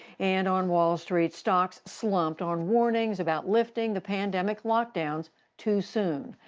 and on wall street, stocks slumped on warnings about lifting the pandemic lockdowns too soon.